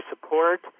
support